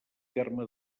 terme